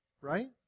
right